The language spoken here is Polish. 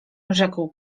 rzekł